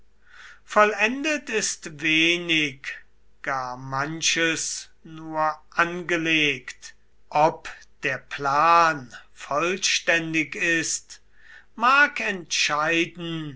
vollendet ist wenig gar manches nur angelegt ob der plan vollständig ist mag entscheiden